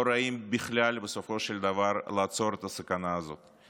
רעים בכלל לעצור את הסכנה הזאת בסופו של דבר.